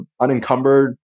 unencumbered